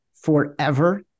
forever